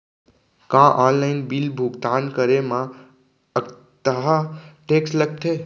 का online bill भुगतान करे मा अक्तहा टेक्स लगथे?